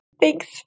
thanks